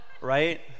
right